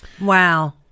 Wow